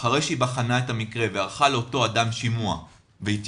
אחרי שהיא בחנה את המקרה וערכה לאותו אדם שימוע והתייעצה.